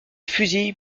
fusille